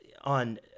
on